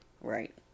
Right